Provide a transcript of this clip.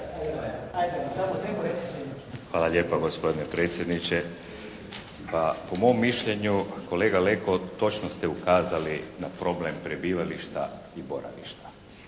Hvala lijepa gospodine predsjedniče. Pa po mom mišljenju kolega Leko točno ste ukazali na problem prebivališta i boravišta.